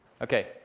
Okay